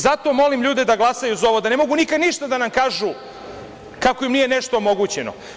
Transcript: Zato molim ljude da glasaju za ovo, da ne mogu nikad ništa da nam kažu kako im nije nešto omogućeno.